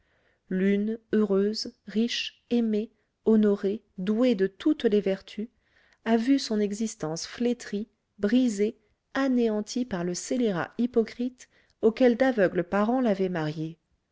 l'une heureuse riche aimée honorée douée de toutes les vertus a vu son existence flétrie brisée anéantie par le scélérat hypocrite auquel d'aveugles parents l'avaient mariée